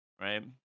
right